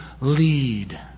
lead